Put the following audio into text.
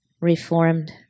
reformed